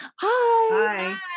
Hi